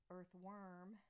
Earthworm